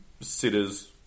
sitters